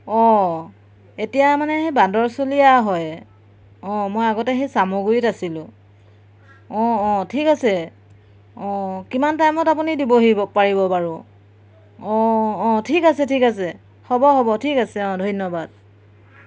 অঁ এতিয়া মানে সেই বান্দৰচলীয়া হয় অঁ মই আগতে সেই চামুগুৰিত আছিলোঁ অঁ অঁ ঠিক আছে অঁ কিমান টাইমত আপুনি দিবহি পাৰিব বাৰু অঁ অঁ ঠিক আছে ঠিক আছে হ'ব হ'ব ঠিক আছে অঁ ধন্যবাদ